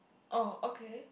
oh okay